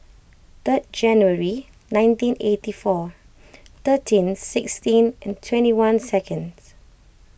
third January nineteen eighty four thirteen sixteen and twenty one seconds